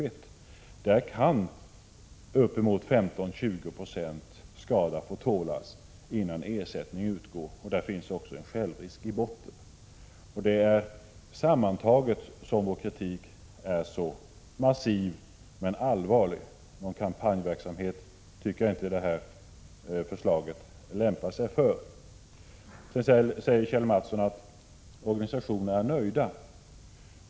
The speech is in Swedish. En skada på 15-20 96 kan få tålas innan ersättning utgår, och där finns en självrisk i botten. Sammantaget är den moderata kritiken massiv men allvarlig — någon kampanjverksamhet lämpar sig inte detta förslag för. Kjell Mattsson säger att organisationerna är nöjda.